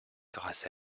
grâce